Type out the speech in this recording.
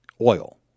oil